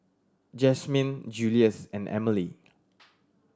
Jasmyn Julious and Emily